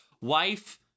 wife